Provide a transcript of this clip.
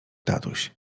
tatuś